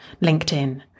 LinkedIn